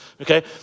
Okay